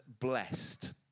blessed